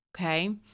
Okay